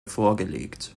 vorgelegt